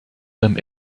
them